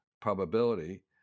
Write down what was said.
probability